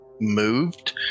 moved